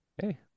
Hey